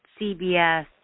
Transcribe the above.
CBS